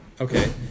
Okay